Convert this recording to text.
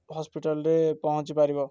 ହସ୍ପିଟାଲ୍ରେ ପହଞ୍ଚି ପାରିବ